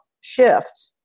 shift